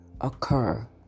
occur